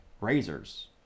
razors